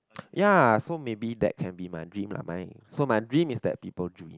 ya so maybe that can be my dream lah right so my dream is that people dream